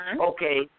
okay